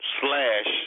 slash